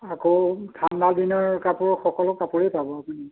আকৌ ঠাণ্ডা দিনৰ কাপোৰ সকলো কাপোৰে পাব